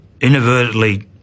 inadvertently